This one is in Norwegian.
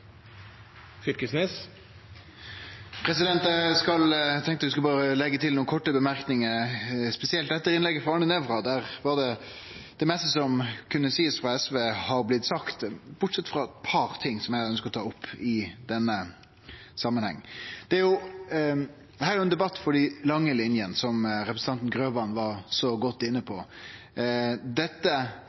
Eg tenkte eg berre skulle leggje til nokre få merknader, spesielt etter innlegget til Arne Nævra, der det meste som kunne bli sagt frå SV si side, blei sagt – bortsett frå eit par ting som eg ønskjer å ta opp i denne samanhengen. Dette er ein debatt for dei lange linjene, som representanten Grøvan var inne på. Å ta vare på